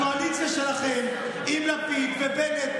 הקואליציה שלכם עם לפיד ובנט,